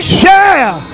share